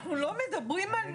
אנחנו לא מדברים על מיליארדים.